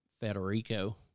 Federico